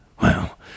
Well